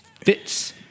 fits